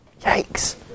Yikes